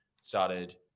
started